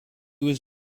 was